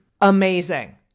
amazing